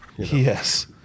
yes